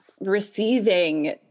receiving